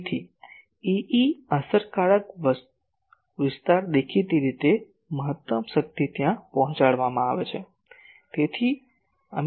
તેથી આ Ae અસરકારક વિસ્તાર દેખીતી રીતે મહત્તમ શક્તિ ત્યાં પહોંચાડવામાં આવશે